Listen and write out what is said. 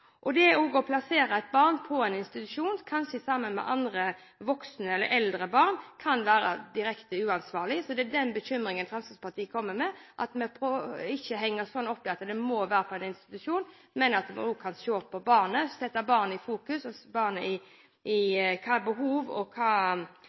Det å plassere et barn på en institusjon, kanskje sammen med andre voksne eller eldre barn, kan være direkte uansvarlig. Det er den bekymringen Fremskrittspartiet kommer med, at vi ikke henger oss opp i at det må være på en institusjon, men at vi også kan se på barnet og sette barnet i fokus: hvilke behov barnet har, og hvilke tiltak det enkelte barnet